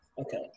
Okay